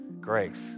grace